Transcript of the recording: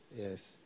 yes